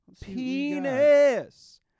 Penis